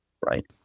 right